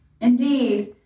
Indeed